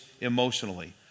emotionally